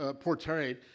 portrayed